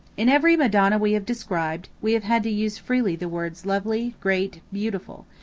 in every madonna we have described, we have had to use freely the words lovely, great, beautiful,